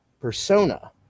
persona